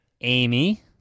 Amy